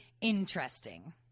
interesting